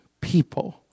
people